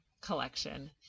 collection